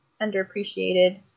underappreciated